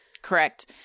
correct